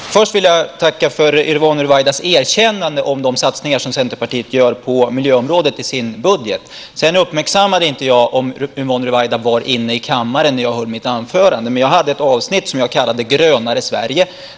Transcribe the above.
Herr talman! Först vill jag tacka Yvonne Ruwaida för hennes erkännande av de satsningar som Centerpartiet gör på miljöområdet i sin budget. Sedan uppmärksammade jag inte om Yvonne Ruwaida var i kammaren när jag höll mitt huvudanförande, men jag hade ett avsnitt som jag kallade grönare Sverige.